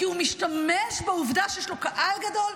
כי הוא משתמש בעובדה שיש לו קהל גדול,